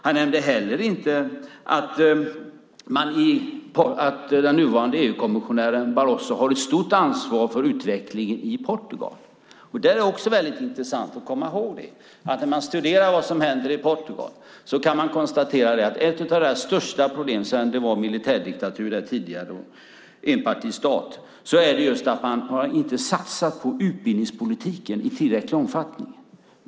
Han nämnde heller inte att den nuvarande EU-kommissionären Barroso har ett stort ansvar för utvecklingen i Portugal. När man studerar vad som händer där kan man konstatera att ett av landets största problem sedan militärdiktaturen, enpartistaten, är att man inte har satsat på utbildning i tillräcklig omfattning.